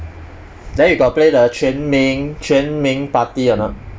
then you got play the 全民全民 party or not